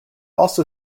also